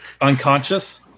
unconscious